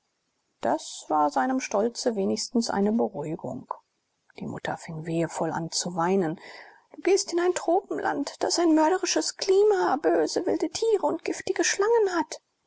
das war seinem stolze wenigstens eine beruhigung die mutter fing wehevoll an zu weinen du gehst in ein tropenland das ein mörderisches klima böse wilde tiere und giftige schlangen hat